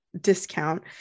discount